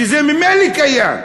שזה ממילא קיים.